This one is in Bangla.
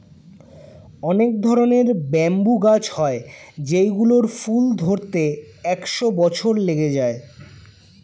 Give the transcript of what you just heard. অনেক ধরনের ব্যাম্বু গাছ হয় যেই গুলোর ফুল ধরতে একশো বছর লেগে যায়